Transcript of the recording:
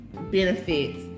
benefits